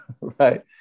Right